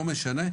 לא משנה,